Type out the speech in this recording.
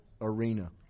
arena